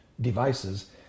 devices